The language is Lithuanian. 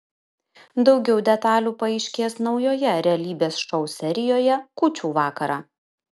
daugiau detalių paaiškės naujoje realybės šou serijoje kūčių vakarą